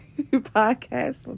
podcast